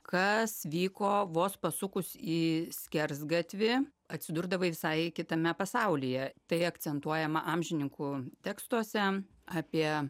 kas vyko vos pasukus į skersgatvį atsidurdavai visai kitame pasaulyje tai akcentuojama amžininkų tekstuose apie